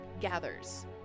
gathers